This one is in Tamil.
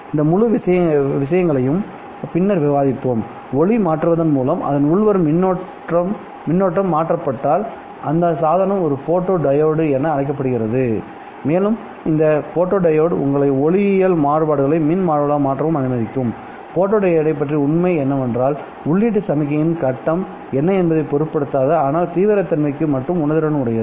இந்த முழு விஷயத்தையும் பின்னர் விவாதிப்போம்ஒளிய மாற்றுவதன் மூலம் அதன் உள்வரும் மின்னோட்டம் மாற்றப் பட்டால்அந்த சாதனம் ஒரு போட்டோடியோட் என அழைக்கப்படுகிறதுமேலும் இந்த ஃபோட்டோடியோட் உங்களை ஒளியியல் மாறுபாடுகளை மின் மாறுபாடுகளாக மாற்றவும் அனுமதிக்கும் ஃபோட்டோடியோடைப் பற்றிய உண்மை என்னவென்றால் உள்ளீட்டு சமிக்ஞையின் கட்டம் என்ன என்பதைப் பொருட்படுத்தாத ஆனால் தீவிரத்தன்மைக்கு மட்டும் உணர்திறன் உடையது